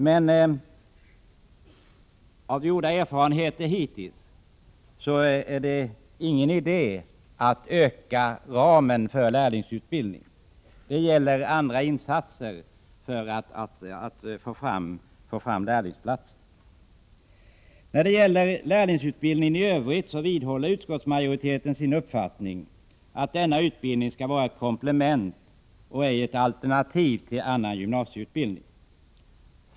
De hittills gjorda erfarenheterna visar emellertid att det inte är någon idé att öka ramen för lärlingsutbildningen. Det behövs andra insatser för att få fram platser. När det gäller lärlingsutbildningen i övrigt vidhåller utskottsmajoriteten sin uppfattning att utbildningen skall vara ett komplement och inte ett alternativ till annan gymnasieutbildning.